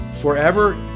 forever